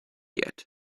yet